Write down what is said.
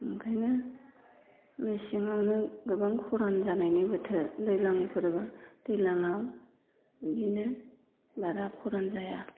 ओंखायनो मेसेङावनो गोबां खरान जानायनि बोथोर दैज्लां बोथोर दैज्लाङाव बेदिनो खरान जाया